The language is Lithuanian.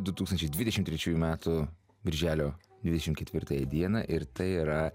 du tūkstančiai dvidešim trečiųjų metų birželio dvidešim ketvirtąją dieną ir tai yra